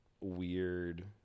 weird